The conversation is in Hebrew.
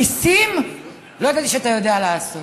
ניסים לא ידעתי שאתה יודע לעשות.